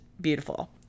beautiful